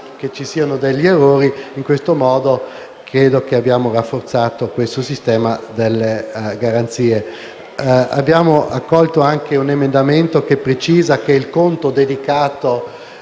che vi siano degli errori. In questo modo credo abbiamo rafforzato il sistema delle garanzie. Abbiamo accolto anche un emendamento che precisa che il conto dedicato